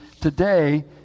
today